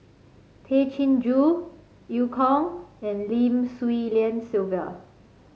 Tay Chin Joo Eu Kong and Lim Swee Lian Sylvia